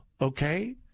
okay